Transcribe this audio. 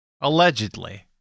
Allegedly